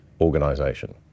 organization